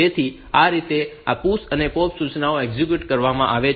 તેથી આ રીતે આ PUSH અને POP સૂચનાઓ એક્ઝિક્યુટ કરવામાં આવે છે